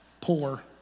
poor